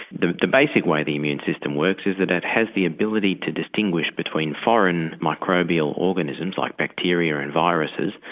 the the basic way the immune system works is that it has the ability to distinguish between foreign microbial organisms like bacteria and viruses,